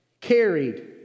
carried